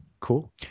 cool